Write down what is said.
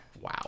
wow